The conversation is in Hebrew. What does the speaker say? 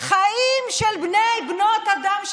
חיים של בני ובנות אדם,